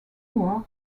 worked